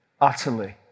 utterly